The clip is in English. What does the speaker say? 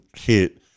hit